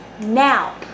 now